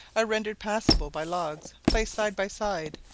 are rendered passable by logs placed side by side.